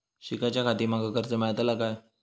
शिकाच्याखाती माका कर्ज मेलतळा काय?